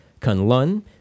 Kunlun